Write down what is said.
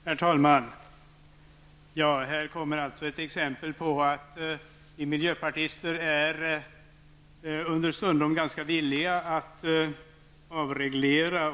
Herr talman! Här kommer ett exempel på att vi miljöpartister understundom är ganska villiga att avreglera.